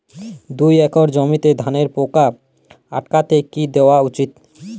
দুই একর জমিতে ধানের পোকা আটকাতে কি দেওয়া উচিৎ?